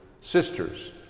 Sisters